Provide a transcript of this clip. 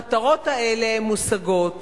המטרות האלה מושגות